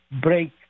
break